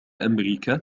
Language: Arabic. أمريكا